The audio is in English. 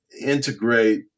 integrate